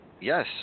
Yes